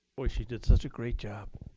boy, she did such a great job.